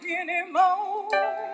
anymore